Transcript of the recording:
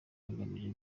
agamije